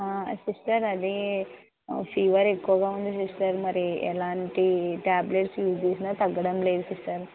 sister అది fever ఎక్కువగా ఉంది సిస్టర్ మరి ఎలాంటి ట్యాబ్లెట్స్ యూస్ చేసినా తగ్గడం లేదు సిస్టర్